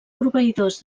proveïdors